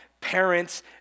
parents